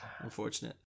unfortunate